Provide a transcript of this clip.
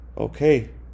Okay